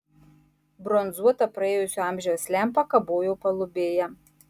bronzuota praėjusio amžiaus lempa kabojo palubėje